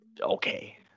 okay